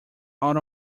out